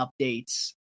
updates